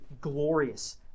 glorious